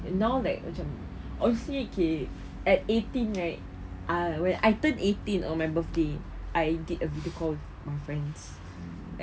now like macam honestly okay at eighteen right ah when I turn eighteen of my birthday I did a video call with my friends